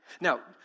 Now